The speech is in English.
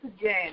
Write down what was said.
again